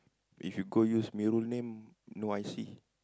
if you go use Mirul name no I_C